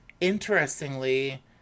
interestingly